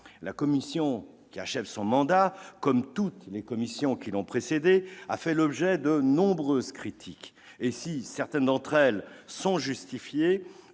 La Commission qui achève son mandat, comme toutes celles qui l'ont précédée, a fait l'objet de nombreuses critiques. Si certaines sont justifiées,